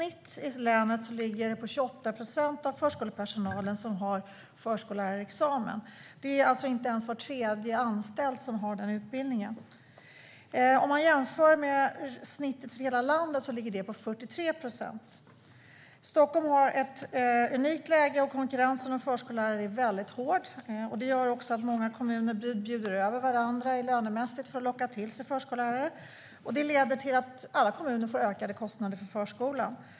I länet har i snitt 28 procent av förskolepersonalen förskollärarexamen, alltså inte ens var tredje anställd. Det kan jämföras med snittet för hela landet som är 43 procent. Stockholm har ett unikt läge, och konkurrensen om förskollärare är hård. Det gör att många kommuner bjuder över varandra lönemässigt för att locka till sig förskollärare. Det leder till att dessa kommuner får ökade kostnader för förskolan.